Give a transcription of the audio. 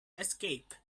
escaped